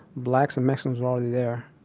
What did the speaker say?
blacks and mexicans were already there.